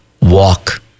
walk